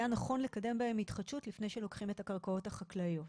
היה נכון לקיים בהם התחדשות לפני שלוקחים את הקרקעות החקלאיות.